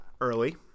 early